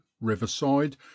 riverside